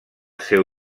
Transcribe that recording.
seu